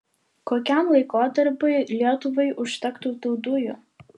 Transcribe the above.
kokiam laikotarpiui lietuvai užtektų tų dujų